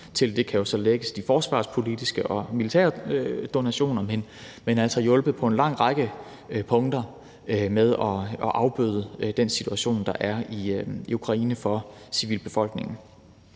det kan jo så lægges de forsvarspolitiske og militære donationer. Men vi har altså hjulpet på en lang række punkter med at afbøde den situation, der er i Ukraine for civilbefolkningen.